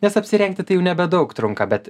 nes apsirengti tai jau nebedaug trunka bet